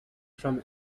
from